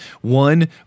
One